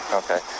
okay